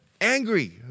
Angry